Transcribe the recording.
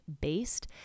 based